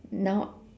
now